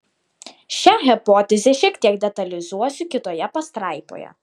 šią hipotezę šiek tiek detalizuosiu kitoje pastraipoje